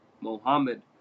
Mohammed